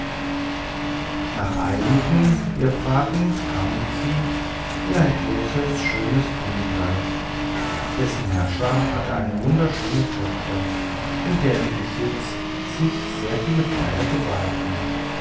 nach einigen irrfahrten kamen sie in ein großes schönes königreich dessen herrscher hatte eine wunderschöne tochter um deren besitz sich sehr viele freier bewarben